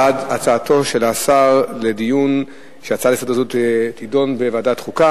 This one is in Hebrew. בעד הצעתו של השר שההצעה הזאת תידון בוועדת חוקה.